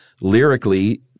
lyrically